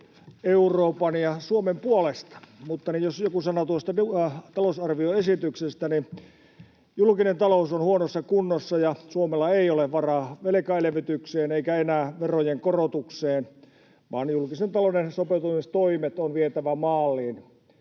Euroopan ja Suomen puolesta. Mutta jos joku sana tuosta talousarvioesityksestä, niin julkinen talous on huonossa kunnossa ja Suomella ei ole varaa velkaelvytykseen eikä enää verojen korotukseen, vaan julkisen talouden sopeuttamistoimet on vietävä maaliin.